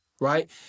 right